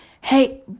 Hey